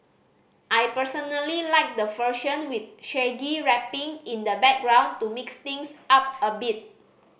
I personally like the version with Shaggy rapping in the background to mix things up a bit